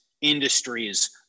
industries